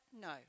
No